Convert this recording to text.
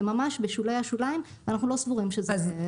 זה ממש בשולי השוליים ואנחנו לא סבורים שיש בכך צורך.